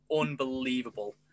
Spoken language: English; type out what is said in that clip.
unbelievable